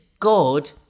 God